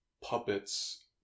puppets